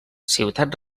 ciutat